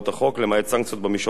למעט סנקציות במישור הפלילי.